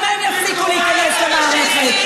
גם הם יפסיקו להיכנס למערכת.